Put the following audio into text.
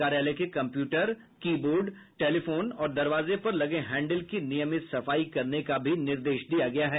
कार्यालय के computer keyboard telephone और दरवाजे पर लगे हैंडिल की नियमित सफाई करने का भी निर्देश दिया गया है